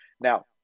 Now